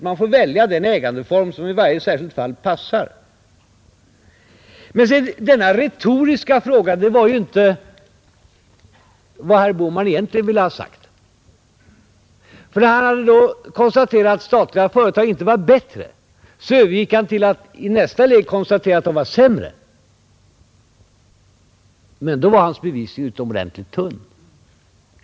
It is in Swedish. Man får välja den ägandeform som passar i varje särskilt fall. Men när herr Bohman hade konstaterat att statliga företag inte är bättre, övergick han till vad han egentligen ville ha sagt, nämligen till att konstatera att statliga företag är sämre. Men då var hans bevisning utomordentligt tunn.